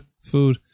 food